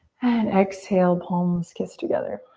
and exhale, palms kiss together.